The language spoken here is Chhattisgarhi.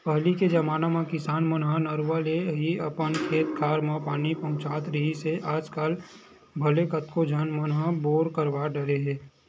पहिली के जमाना म किसान मन ह नरूवा ले ही अपन खेत खार म पानी पहुँचावत रिहिस हे आजकल भले कतको झन मन ह बोर करवा डरे हे